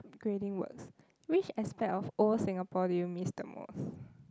grading words which aspect of old Singapore do you miss the most